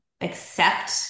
accept